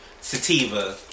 sativa